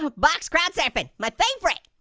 box crowd surfing, my favorite.